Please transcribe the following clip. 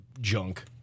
junk